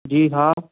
जी हाँ